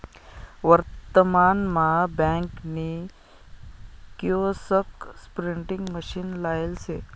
वर्तमान मा बँक नी किओस्क प्रिंटिंग मशीन लायेल शे